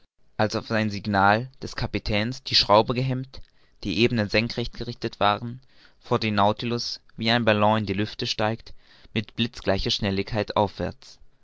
als auf ein signal des kapitäns die schraube gehemmt die ebenen senkrecht gerichtet waren fuhr der nautilus wie ein ballon in die lüfte steigt mit blitzgleicher schnelligkeit aufwärts